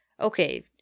okay